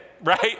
right